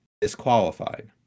disqualified